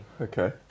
Okay